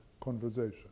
conversation